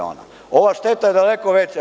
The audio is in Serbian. Ova šteta je daleko veća.